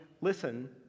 Listen